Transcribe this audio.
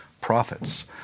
profits